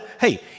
hey